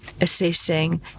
assessing